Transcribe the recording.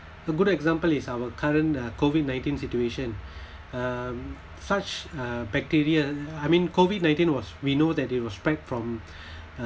a good example is our current uh COVID nineteen situation um such uh bacteria I mean COVID nineteen was we know that it was spread from uh